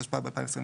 התשפ"ב-2021,